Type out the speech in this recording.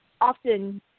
often